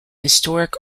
historic